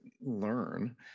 learn